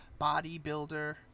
bodybuilder